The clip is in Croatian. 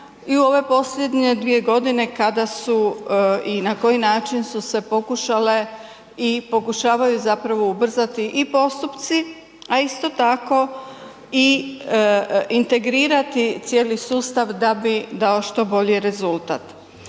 i u ove posljednje 2 godine kada su i na koji način su se pokušale i pokušavaju zapravo ubrzati i postupci, a isto tako i integrirati cijeli sustav da bi dao što bolji rezultat.